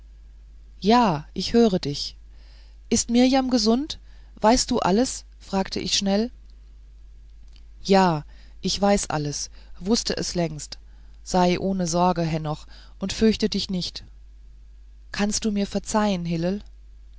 ja ich höre dich ist mirjam gesund weißt du alles fragte ich schnell ja ich weiß alles wußte es längst sei ohne sorge henoch und fürchte dich nicht kannst du mir verzeihen